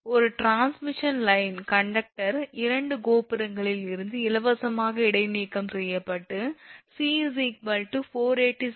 ஒரு transmission line conductor இரண்டு கோபுரங்களில் இருந்து இலவசமாக இடைநீக்கம் செய்யப்பட்டு c 487